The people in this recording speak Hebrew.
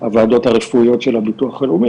הוועדות הרפואיות של הביטוח הלאומי,